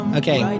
okay